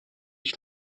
ich